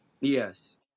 Yes